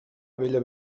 bella